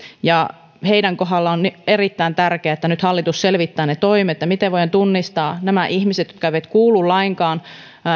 ja heidän kohdallaan on erittäin tärkeää että nyt hallitus selvittää ne toimet miten voidaan tunnistaa nämä ihmiset jotka eivät kuulu lainkaan